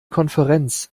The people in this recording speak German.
konferenz